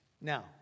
Now